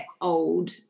old